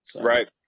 right